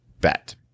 bet